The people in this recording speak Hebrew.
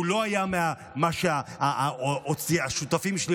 הוא לא היה מהשותפים שלי,